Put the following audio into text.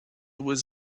was